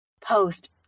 post